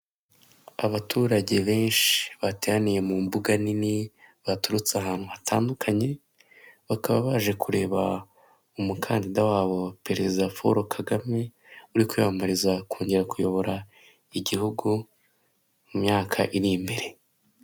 Abaturage benshi, bateraniye mu mbuga nini, baturutse ahantu hatandukanye, hakaba baje kureba umukandida wabo Perezida Paul Kagame, uri kwiyamamariza kongera kuyobora igihugu mu myaka iri imbere.